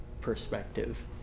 perspective